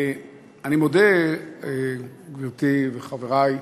אני מודה, גברתי וחברי,